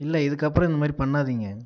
இல்லை இதுக்கப்புறம் இந்த மாதிரி பண்ணாதீங்க